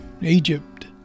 egypt